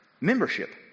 membership